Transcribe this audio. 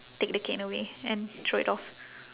take the cane away and throw it off